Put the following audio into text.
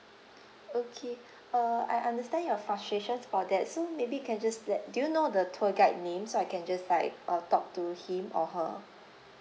okay uh I understand your frustrations for that so maybe you can just let do you know the tour guide name so I can just like uh talk to him or her